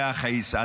להכעיס?